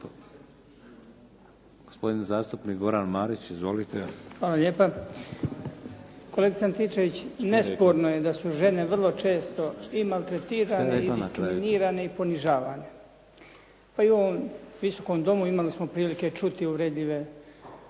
Gospodin zastupnik Goran Marić. Izvolite. **Marić, Goran (HDZ)** Hvala lijepa. Kolegice Antičević, nesporno je da su žene vrlo često i maltretirane i diskriminirane i ponižavane. Pa i u ovom Visokom domu imali smo prilike čuti uvredljive